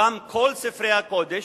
את כל ספרי הקודש.